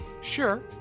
Sure